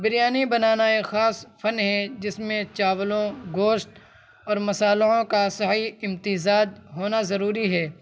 بریانی بنانا ایک خاص فن ہے جس میں چاولوں گوشت اور مصالحوں کا صحیح امتزاج ہونا ضروری ہے